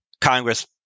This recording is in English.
Congress